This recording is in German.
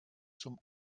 zum